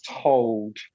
told